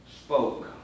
spoke